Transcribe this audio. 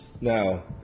Now